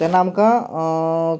तेन्ना आमकां